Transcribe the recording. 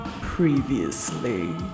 previously